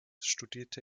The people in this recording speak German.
studierte